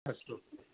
अस्तु